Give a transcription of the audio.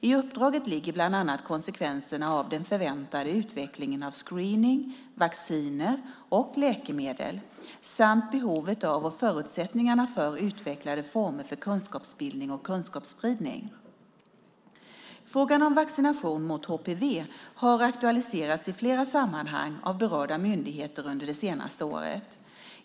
I uppdraget ligger bland annat att analysera konsekvenserna av den förväntade utvecklingen av screening, vacciner och läkemedel samt behovet av och förutsättningarna för utvecklade former för kunskapsbildning och kunskapsspridning. Frågan om vaccination mot HPV har aktualiserats i flera sammanhang av berörda myndigheter under de senaste åren.